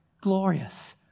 glorious